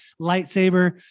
lightsaber